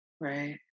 right